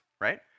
right